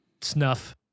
snuff